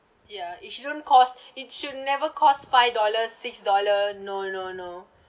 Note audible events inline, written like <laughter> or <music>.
ya it shouldn't cost <breath> it should never cost five dollars six dollar no no no